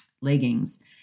leggings